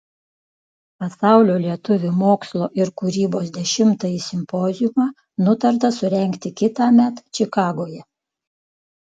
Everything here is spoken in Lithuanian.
pasaulio lietuvių mokslo ir kūrybos dešimtąjį simpoziumą nutarta surengti kitąmet čikagoje